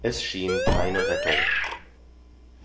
es schien keine rettung